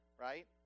right